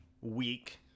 week